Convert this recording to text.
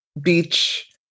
beach